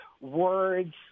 words